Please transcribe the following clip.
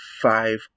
five